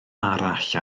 arall